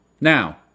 Now